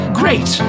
great